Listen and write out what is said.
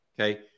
Okay